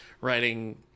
writing